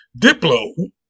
Diplo